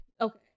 Okay